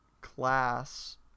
class